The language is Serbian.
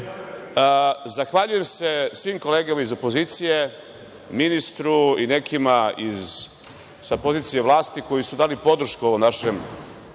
efikasnosti. Zahvaljujem se svim kolegama iz opozicije, ministru, nekima sa pozicije vlasti, koji su dali podršku ovom našem